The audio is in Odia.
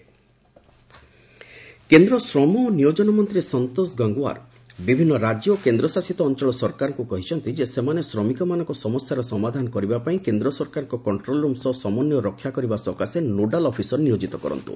ଲେବର ମିନିଷ୍ଟ୍ରି କେନ୍ଦ୍ର ଶ୍ରମ ଓ ନିୟୋଜନ ମନ୍ତ୍ରୀ ସନ୍ତୋଷ ଗଙ୍ଗୱାର ବିଭିନ୍ନ ରାଜ୍ୟ ଓ କେନ୍ଦ୍ରଶାସିତ ଅଞ୍ଚଳ ସରକାରଙ୍କୁ କହିଛନ୍ତି ଯେ ସେମାନେ ଶ୍ରମିକମାନଙ୍କ ସମସ୍ୟାର ସମାଧାନ କରିବା ପାଇଁ କେନ୍ଦ୍ର ସରକାରଙ୍କ କଷ୍ଟ୍ରୋଲ ରୁମ୍ ସହ ସମନ୍ଧୟ ରକ୍ଷା କରିବା ସକାଶେ ନୋଡାଲ୍ ଅଫିସର ନିୟୋଜିତ କରନ୍ତୁ